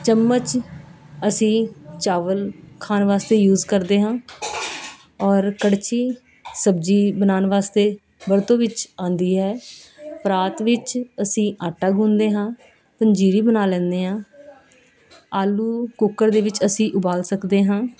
ਚਮਚ ਅਸੀਂ ਚਾਵਲ ਖਾਣ ਵਾਸਤੇ ਯੂਜ ਕਰਦੇ ਹਾਂ ਔਰ ਕੜਛੀ ਸਬਜ਼ੀ ਬਣਾਉਣ ਵਾਸਤੇ ਵਰਤੋਂ ਵਿੱਚ ਆਉਂਦੀ ਹੈ ਪਰਾਤ ਵਿੱਚ ਅਸੀਂ ਆਟਾ ਗੁੰਨਦੇ ਹਾਂ ਪੰਜੀਰੀ ਬਣਾ ਲੈਂਦੇ ਹਾਂ ਆਲੂ ਕੁੱਕਰ ਦੇ ਵਿੱਚ ਅਸੀਂ ਉਬਾਲ ਸਕਦੇ ਹਾਂ